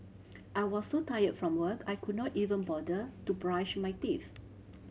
I was so tired from work I could not even bother to brush my teeth